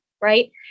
right